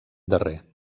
darrer